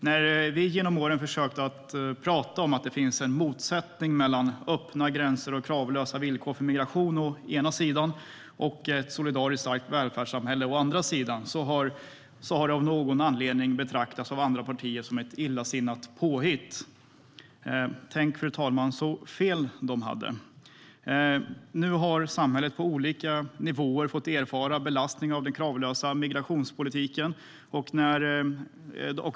När vi genom åren har försökt att prata om att det finns en motsättning mellan å ena sidan öppna gränser och kravlösa villkor för migration och å andra sidan ett solidariskt, starkt välfärdssamhälle har det av någon anledning betraktats av andra partier som ett illasinnat påhitt. Tänk, fru talman, så fel de hade! Nu har samhället på olika nivåer fått erfara en belastning till följd av den kravlösa migrationspolitiken.